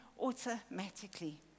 automatically